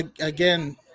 again